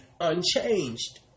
unchanged